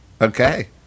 Okay